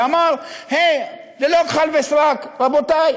ואמר ללא כחל ושרק: רבותי,